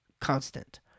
constant